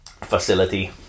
facility